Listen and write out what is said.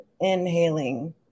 inhaling